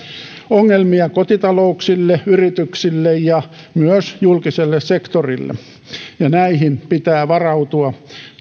ongelmia kotitalouksille yrityksille ja myös julkiselle sektorille näihin pitää varautua